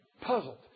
puzzled